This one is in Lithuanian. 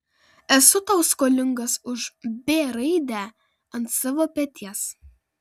esu tau skolingas už b raidę ant savo peties